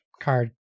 card